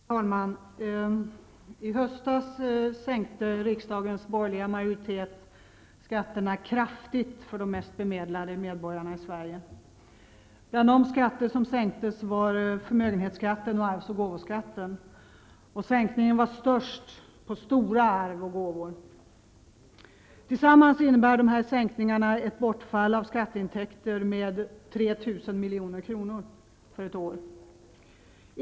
Herr talman! I höstas sänkte riksdagens borgerliga majoritet skatterna kraftigt för de mest bemedlade medborgarna i Sverige. Bland de skatter som sänktes var förmögenhetsskatten och arvs och gåvoskatten, och sänkningen var störst på stora arv och gåvor. Tillsammans innebär de här sänkningarna ett bortfall av skatteintäkter med 3 000 milj.kr. på ett år.